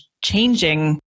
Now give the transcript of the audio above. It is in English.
changing